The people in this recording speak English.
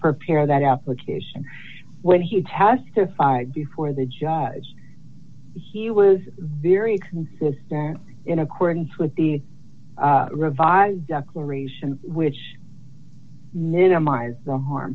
her pair that application when he testified before the judge he was very consistent in accordance with the revised declaration which minimize the harm